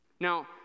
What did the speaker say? Now